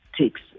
takes